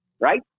right